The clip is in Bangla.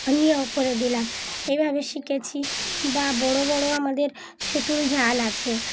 নিয়ে উপরে দিলাম এইভাবে শিখেছি বা বড়ো বড়ো আমাদের জাল আছে